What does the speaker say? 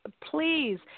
please